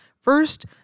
First